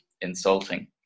insulting